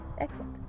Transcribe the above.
Excellent